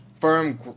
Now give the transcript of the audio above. firm